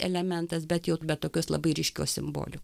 elementas bet jau be tokios labai ryškios simbolių